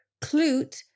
Clute